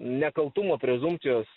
nekaltumo prezumpcijos